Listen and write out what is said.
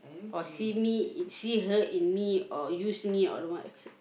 or see me see her in me or use me or what